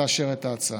לאשר את ההצעה.